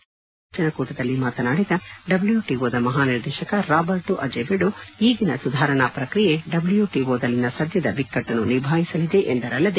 ನಿನ್ನೆ ರಾತ್ರಿ ನಡೆದ ಭೋಜನಕೂಟದಲ್ಲಿ ಮಾತನಾಡಿದ ಡಬ್ಲ್ಯೂಟಿಒದ ಮಹಾ ನಿರ್ದೇಶಕ ರಾಬರ್ಟೋ ಅಜೆವೆಡೋ ಈಗಿನ ಸುಧಾರಣಾ ಪ್ರಕ್ರಿಯೆ ಡಬ್ಲ್ಯೂಟಒದಲ್ಲಿನ ಸದ್ಯದ ಬಿಕ್ಕಟ್ಟನ್ನು ನಿಭಾಯಿಸಲಿದೆ ಎಂದರಲ್ಲದೆ